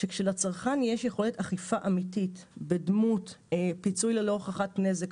שכאשר לצרכן יש יכולת אכיפה אמיתית בדמות פיצוי ללא הוכחת נזק,